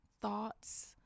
thoughts